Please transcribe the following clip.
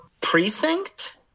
precinct